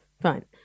Fine